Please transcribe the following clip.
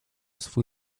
swój